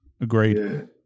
Agreed